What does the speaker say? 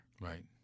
Right